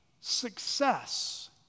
success